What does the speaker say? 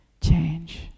change